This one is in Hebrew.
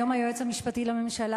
היום היועץ המשפטי לממשלה,